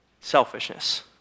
Selfishness